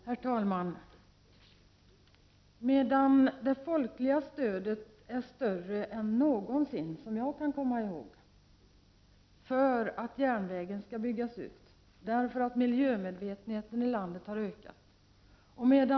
Herr talman! Det folkliga stödet för en utbyggnad av järnvägen är större än någonsin — såvitt jag kan minnas — därför att miljömedvetenheten i landet har ökat.